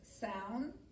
sound